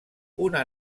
una